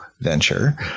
venture